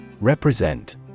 Represent